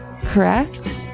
correct